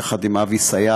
יחד עם אבי סייג,